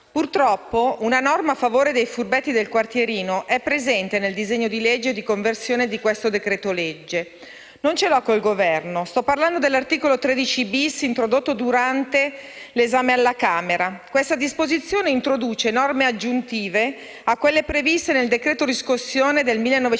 Purtroppo, una norma a favore dei furbetti del quartierino è presente nel disegno di legge di conversione di questo decreto-legge. Non ce l'ho con il Governo. Sto parlando dell'articolo 13-*bis,* introdotto durante l'esame alla Camera. Questa disposizione introduce norme aggiuntive rispetto a quelle previste nel cosiddetto decreto riscossione del 1973,